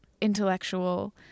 intellectual